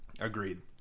Agreed